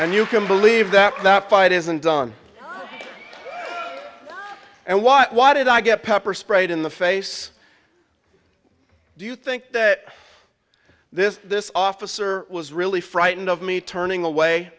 and you can believe that that fight isn't done and what why did i get pepper sprayed in the face do you think that this this officer was really frightened of me turning away